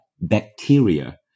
bacteria